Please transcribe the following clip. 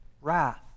wrath